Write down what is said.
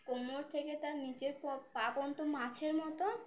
কোমর থেকে তার নিচে পা পর্যন্ত মাছের মতো